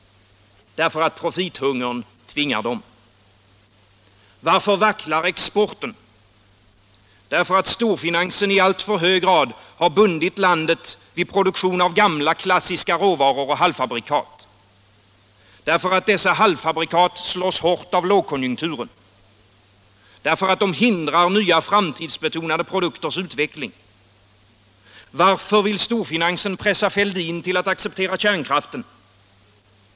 Därför att profithungern tvingar dem. Varför vacklar exporten? Därför att storfinansen i alltför hög grad har bundit landet vid produktion av gamla, klassiska råvaror och halvfabrikat. Därför att dessa halvfabrikat slås hårt av lågkonjunkturen. Därför att de hindrar nya, framtidsbetonade produkters utveckling. Varför vill storfinansen pressa Fälldin till att acceptera kärnkraften?